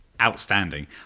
outstanding